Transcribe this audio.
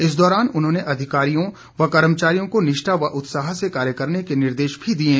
इस दौरान उन्होंने अधिकारियों व कर्मचारियों को निष्ठा व उत्साह से कार्य करने के निर्देश दिये